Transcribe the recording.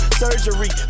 surgery